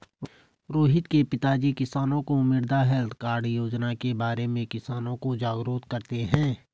रोहित के पिताजी किसानों को मृदा हैल्थ कार्ड योजना के बारे में किसानों को जागरूक करते हैं